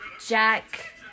Jack